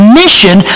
mission